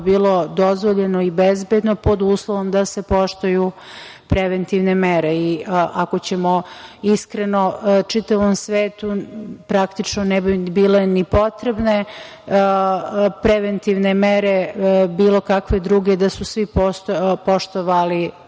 bilo dozvoljeno i bezbedno pod uslovom da se poštuju preventivne mere. Ako ćemo iskreno, čitavom svetu praktično ne bi bile ni potrebne preventivne mere, bilo kakve druge da su svi poštovali